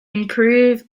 improve